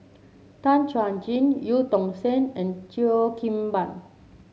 Tan Chuan Jin Eu Tong Sen and Cheo Kim Ban